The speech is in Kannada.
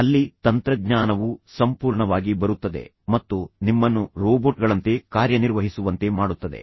ಅಲ್ಲಿ ತಂತ್ರಜ್ಞಾನವು ಸಂಪೂರ್ಣವಾಗಿ ಬರುತ್ತದೆ ಮತ್ತು ನಿಮ್ಮನ್ನು ರೋಬೋಟ್ಗಳಂತೆ ಕಾರ್ಯನಿರ್ವಹಿಸುವಂತೆ ಮಾಡುತ್ತದೆ